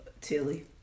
Tilly